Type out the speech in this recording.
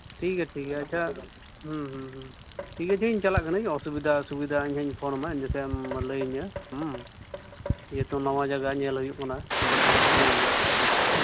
ᱴᱷᱤᱠ ᱜᱮᱭᱟ ᱴᱷᱤᱠ ᱜᱮᱭᱟ ᱟᱪᱪᱷᱟ ᱴᱷᱤᱠ ᱟᱪᱷᱮ ᱤᱧ ᱪᱟᱞᱟᱜ ᱠᱟᱹᱱᱟᱹᱧ ᱚᱥᱩᱵᱤᱫᱟ ᱥᱩᱵᱤᱫᱟ ᱤᱧᱤᱧ ᱯᱷᱳᱱᱟᱢᱟ ᱤᱱᱟᱹ ᱠᱷᱟᱡ ᱮᱢ ᱞᱟᱹᱭᱟᱹᱧᱟᱹ ᱡᱮᱦᱮᱛᱩ ᱱᱟᱣᱟ ᱡᱟᱭᱜᱟ ᱧᱮᱞ ᱦᱩᱭᱩᱜ ᱠᱟᱱᱟ ᱴᱷᱤᱠ ᱜᱮᱭᱟ ᱟᱪᱪᱷᱟ